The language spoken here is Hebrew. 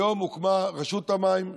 היום הוקמה רשות המים,